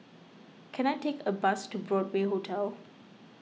can I take a bus to Broadway Hotel